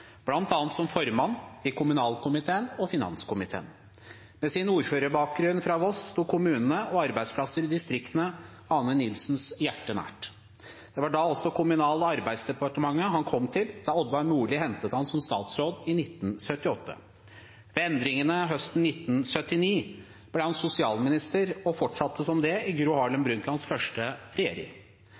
bl.a. som formann i kommunalkomiteen og finanskomiteen. Med sin ordførerbakgrunn fra Voss sto kommunene og arbeidsplasser i distriktene Arne Nilsens hjerte nært. Det var også Kommunal- og arbeidsdepartementet han kom til da Odvar Nordli hentet han som statsråd i 1978. Ved endringene høsten 1979 ble han sosialminister og fortsatte som det i Gro Harlem Brundtlands første regjering.